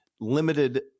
limited